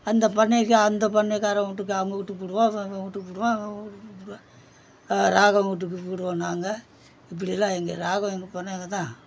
அந்த பண்ணைக்கு அந்த பண்ணைக்காரவன் வீட்டுக்கு அவங்க வீட்டுக்கு பூடுவான் இவன் இவன் வீட்டுக்கு பூடுவான் அவன் அவன் வீட்டுக்கு பூடுவான் ராகவன் வீட்டுக்கு பூடுவோம் நாங்கள் இப்படிலாம் எங்கள் ராகவன் எங்கள் போனால் இங்கே தான்